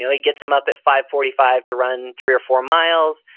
yeah he gets him up at five forty five to run three or four miles,